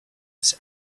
his